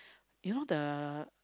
you know the